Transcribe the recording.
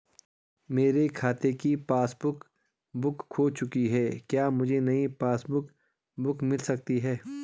मेरे खाते की पासबुक बुक खो चुकी है क्या मुझे नयी पासबुक बुक मिल सकती है?